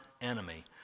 enemy